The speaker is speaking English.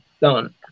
done